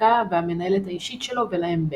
ומפיקה והמנהלת האישית שלו, ולהם בן.